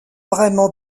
vraiment